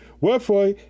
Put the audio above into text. Wherefore